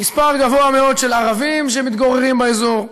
ומספר גדול מאוד של ערבים שמתגוררים באזור,